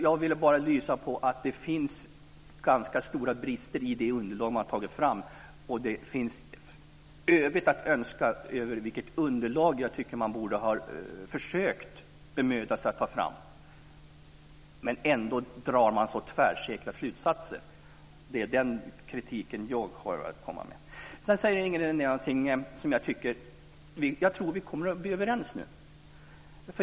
Jag ville bara belysa att det finns ganska stora brister i det underlag man har tagit fram, och det finns övrigt att önska när det gäller det underlag jag tycker att man borde ha försökt bemöda sig om att ta fram. Ändå drar man så tvärsäkra slutsatser. Det är den kritiken jag har att komma med. Sedan säger Inger René någonting som gör att jag tror att vi kommer överens.